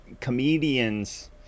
comedians